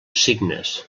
signes